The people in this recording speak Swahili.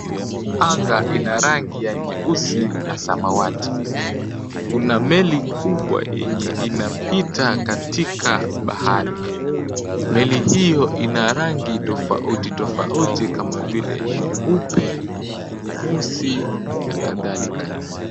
Anga ina rangi ya nyeusi na samawati. Kuna meli kubwa yenye inapita katika bahari, meli hiyo ina rangi tofauti tofauti kama vile nyeupe, nyeusi na kadhalika.